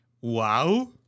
Wow